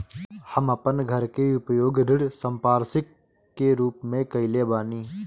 हम अपन घर के उपयोग ऋण संपार्श्विक के रूप में कईले बानी